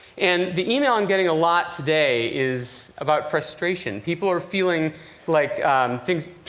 and the email i'm getting a lot today is about frustration. people are feeling like things